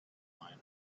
mine